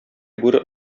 бүре